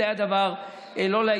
זה היה לא לעניין.